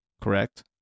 correct